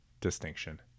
distinction